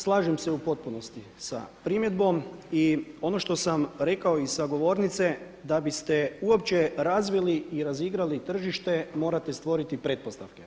Slažem se u potpunosti sa primjedbom i ono što sam rekao i sa govornice da biste uopće razvili i razigrali tržište morate stvoriti pretpostavke.